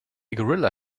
gorilla